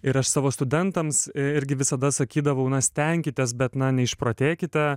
ir aš savo studentams irgi visada sakydavau na stenkitės bet na neišprotėkite